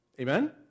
Amen